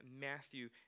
Matthew